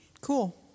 Cool